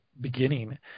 beginning